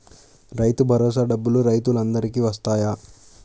రైతు భరోసా డబ్బులు రైతులు అందరికి వస్తాయా?